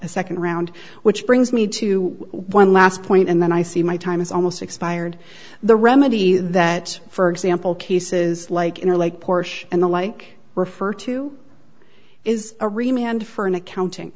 a second round which brings me to one last point and then i see my time is almost expired the remedy that for example cases like it or like porsche and the like refer to is a remained for an accounting